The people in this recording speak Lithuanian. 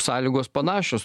sąlygos panašios